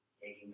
Taking